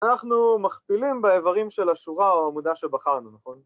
אנחנו מכפילים באיברים של השורה או עמודה שבחרנו, נכון?